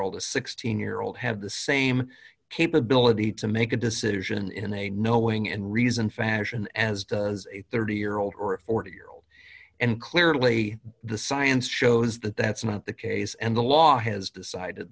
old a sixteen year old have the same capability to make a decision in a knowing and reasoned fashion as does a thirty year old or a forty year old and clearly the science shows that that's not the case and the law has decided